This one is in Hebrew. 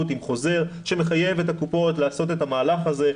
עם חוזר שמחייב את הקופות לעשות את המהלך הזה,